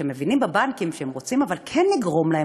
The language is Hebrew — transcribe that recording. כשמבינים בבנקים שהם רוצים כן לגרום להם